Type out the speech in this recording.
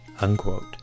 unquote